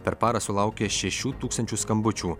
per parą sulaukė šešių tūkstančių skambučių